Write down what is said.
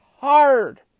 hard